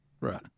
right